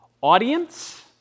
audience